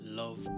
love